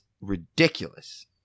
ridiculous